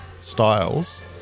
styles